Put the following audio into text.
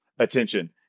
Attention